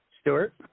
Stewart